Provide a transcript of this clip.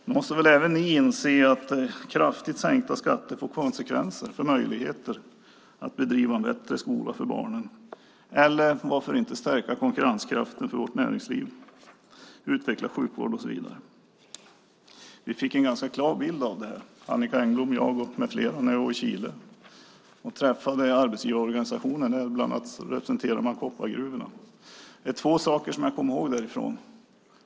Nog måste väl även ni inse att kraftigt sänkta skatter får konsekvenser för möjligheterna att bedriva en bättre skola för barnen eller varför inte för att stärka konkurrensen hos vårt näringsliv, utveckla sjukvården och så vidare. Vi fick en ganska klar bild av det här - Annicka Engblom och jag med flera - när vi var i Chile. Där träffade vi arbetsgivarorganisationen som bland annat representerade koppargruvorna. Det är framför allt två saker som jag kommer ihåg därifrån.